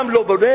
גם לא בונה,